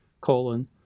colon